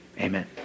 Amen